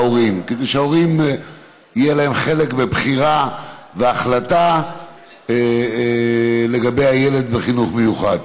כדי שלהורים יהיה חלק בבחירה ובהחלטה לגבי הילד בחינוך מיוחד.